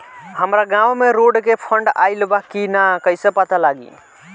हमरा गांव मे रोड के फन्ड आइल बा कि ना कैसे पता लागि?